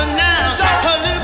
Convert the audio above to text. now